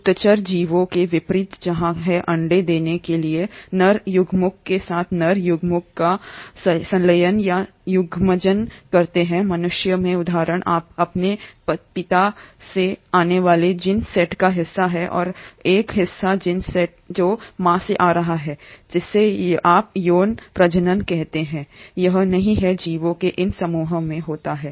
उच्चतर जीवों के विपरीत जहां है अंडे देने के लिए नर युग्मक के साथ नर युग्मक का संलयन या युग्मनज कहते हैं मनुष्यों में उदाहरण आप अपने पिता से आने वाले जीन सेट का हिस्सा है और का एक हिस्सा है जीन सेट मां से आ रहा है जिसे आप यौन प्रजनन कहते हैं यह नहीं है जीवों के इन समूह में होते हैं